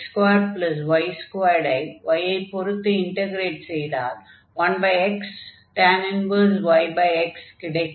1x2y2 ஐ y ஐ பொருத்து இண்டக்ரேட் செய்தால் 1xyx கிடைக்கும்